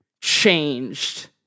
changed